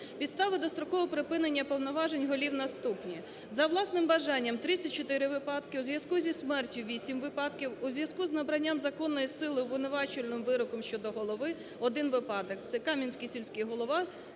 Підстави дострокового припинення повноважень голів наступні: за власним бажанням – 34 випадки, у зв’язку зі смертю – 8 випадків, у зв’язку з набранням законної сили обвинувачувальним вироком щодо голови – 1 випадок (це Кам'янський сільський голова